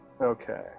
okay